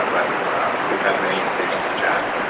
but we've had many occasions to chat.